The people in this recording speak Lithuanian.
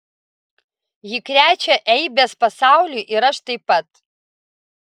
ji krečia eibes pasauliui ir aš taip pat